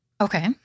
Okay